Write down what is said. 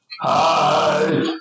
Hi